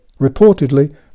Reportedly